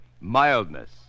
mildness